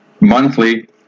monthly